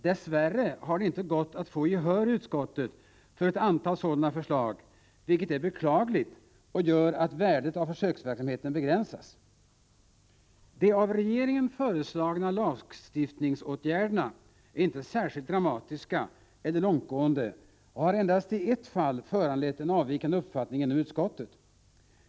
Dess värre har det inte gått att få gehör i utskottet för ett antal sådana förslag, vilket är beklagligt och gör att värdet av försöksverksamheten begränsas. De av regeringen föreslagna lagstiftningsåtgärderna är inte särskilt dramatiska eller långtgående och har endast i ett fall föranlett en avvikande uppfattning inom utskottet.